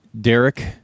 Derek